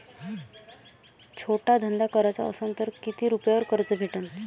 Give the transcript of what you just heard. छोटा धंदा कराचा असन तर किती रुप्यावर कर्ज भेटन?